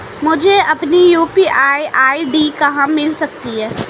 मुझे अपनी UPI ID कहां मिल सकती है?